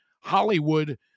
Hollywood